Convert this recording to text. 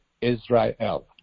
Israel